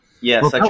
Yes